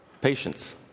patience